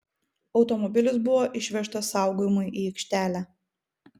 automobilis buvo išvežtas saugojimui į aikštelę